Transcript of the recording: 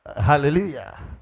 hallelujah